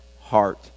heart